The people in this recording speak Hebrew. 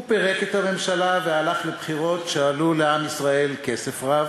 הוא פירק את הממשלה והלך לבחירות שעלו לעם ישראל כסף רב.